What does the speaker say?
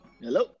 Hello